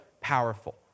powerful